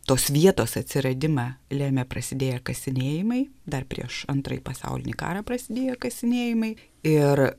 tos vietos atsiradimą lėmė prasidėję kasinėjimai dar prieš antrąjį pasaulinį karą prasidėjo kasinėjimai ir